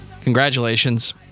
Congratulations